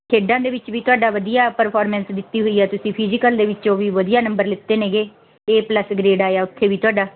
ਖੇਡਾਂ ਦੇ ਵਿੱਚ ਵੀ ਤੁਹਾਡਾ ਵਧੀਆ ਪਰਫੋਰਮੈਂਸ ਦਿੱਤੀ ਹੋਈ ਹੈ ਤੁਸੀਂ ਫਿਜੀਕਲ ਦੇ ਵਿੱਚੋਂ ਵੀ ਵਧੀਆ ਨੰਬਰ ਲਿੱਤੇ ਨੇਗੇ ਏ ਪਲੱਸ ਗਰੇਡ ਆਇਆ ਉੱਥੇ ਵੀ ਤੁਹਾਡਾ